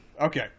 Okay